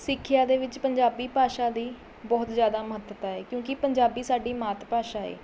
ਸਿੱਖਿਆ ਦੇ ਵਿੱਚ ਪੰਜਾਬੀ ਭਾਸ਼ਾ ਦੀ ਬਹੁਤ ਜ਼ਿਆਦਾ ਮਹੱਤਤਾ ਏ ਕਿਉਂਕਿ ਪੰਜਾਬੀ ਸਾਡੀ ਮਾਤ ਭਾਸ਼ਾ ਏ